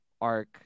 arc